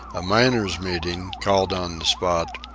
a miners' meeting, called on the spot,